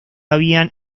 habían